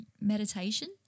meditation